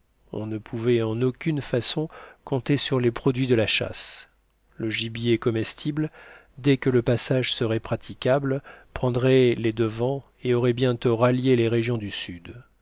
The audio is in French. on ne pouvait en aucune façon compter sur les produits de la chasse le gibier comestible dès que le passage serait praticable prendrait les devants et aurait bientôt rallié les régions du sud